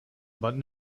but